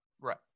Right